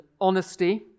honesty